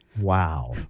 Wow